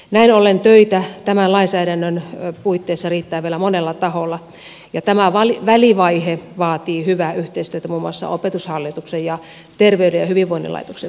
näin ollen töitä tämän lainsäädännön puitteissa riittää vielä monella taholla ja tämä välivaihe vaatii hyvää yhteistyötä muun muassa opetushallituksen ja terveyden ja hyvinvoinnin laitoksen välillä